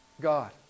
God